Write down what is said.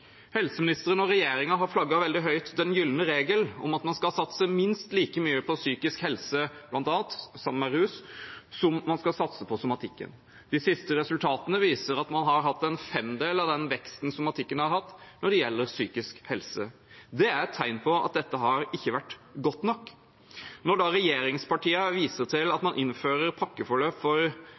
Helseministeren og regjeringen har flagget veldig høyt den gylne regel, at man skal satse minst like mye på psykisk helse – sammen med rus – som på somatikken. De siste resultatene viser at psykisk helse har hatt en femdel av den veksten somatikken har hatt. Det er et tegn på at dette ikke har vært godt nok. Når da regjeringspartiene viser til at man innfører pakkeforløp for